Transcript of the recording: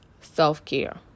self-care